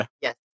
yes